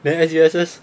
then S_U_S_S